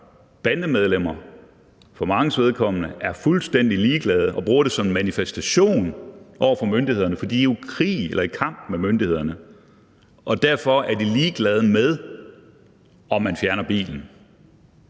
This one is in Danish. Bandemedlemmer er for manges vedkommende fuldstændig ligeglade og bruger det som en manifestation over for myndighederne, fordi de jo er i krig eller i kamp med myndighederne. Derfor er de ligeglade med, om man fjerner bilen.